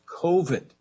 COVID